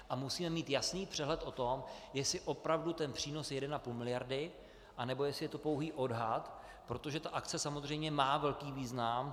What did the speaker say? A musíme mít jasný přehled o tom, jestli opravdu přínos je jedenapůl miliardy, anebo jestli je to pouhý odhad, protože ta akce samozřejmě má velký význam.